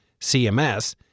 CMS